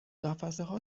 قفسهها